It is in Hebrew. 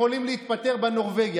יכולים להתפטר בנורבגי.